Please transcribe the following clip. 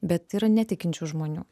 bet yra netikinčių žmonių